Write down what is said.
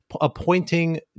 appointing